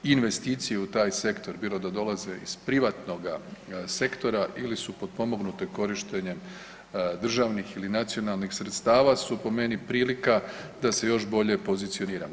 Investicije u taj sektor bilo da dolaze iz privatnoga sektora ili su potpomognute korištenjem državnih ili nacionalnih sredstava su po meni prilika da se još bolje pozicioniramo.